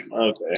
Okay